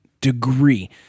degree